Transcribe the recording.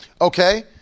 Okay